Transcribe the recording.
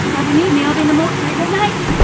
now, if you need me, i'll be in the mortuary! goodnight!